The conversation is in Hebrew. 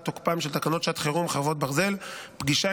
תוקפן של תקנות שעת חירום (חרבות ברזל) (פגישה